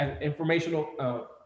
informational